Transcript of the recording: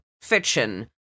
fiction